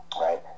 right